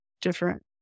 different